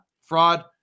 fraud